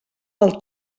pel